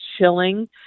chilling